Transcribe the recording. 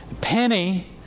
Penny